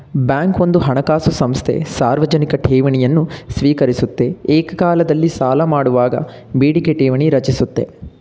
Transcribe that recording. bank ಒಂದು ಹಣಕಾಸು ಸಂಸ್ಥೆ ಸಾರ್ವಜನಿಕ ಠೇವಣಿಯನ್ನು ಸ್ವೀಕರಿಸುತ್ತೆ ಏಕಕಾಲದಲ್ಲಿ ಸಾಲಮಾಡುವಾಗ ಬೇಡಿಕೆ ಠೇವಣಿ ರಚಿಸುತ್ತೆ